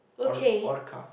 or orca